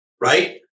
right